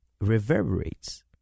reverberates